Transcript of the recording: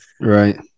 Right